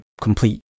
complete